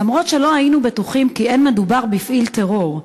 למרות שלא היינו בטוחים כי לא מדובר בפעיל טרור,